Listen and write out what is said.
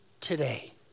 today